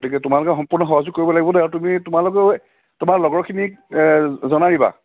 গতিকে তোমালোকে সম্পূৰ্ণ সহযোগ কৰিব লাগিব দেই আৰু তুমি তোমালোকে তোমাৰ লগৰখিনিক জনাই দিবা